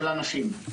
של אנשים.